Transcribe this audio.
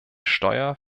steuer